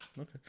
Okay